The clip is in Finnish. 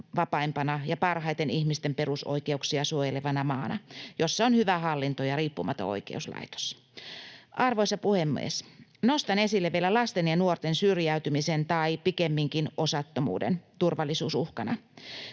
vapaimpana ja parhaiten ihmisten perusoikeuksia suojelevana maana, jossa on hyvä hallinto ja riippumaton oikeuslaitos. Arvoisa puhemies! Nostan esille vielä lasten ja nuorten syrjäytymisen, tai pikemminkin osattomuuden, turvallisuusuhkana.